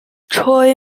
choi